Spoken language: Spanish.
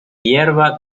hierba